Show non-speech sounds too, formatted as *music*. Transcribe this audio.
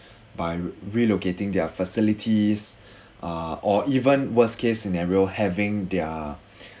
by relocating their facilities *breath* uh or even worst case scenario having their *breath*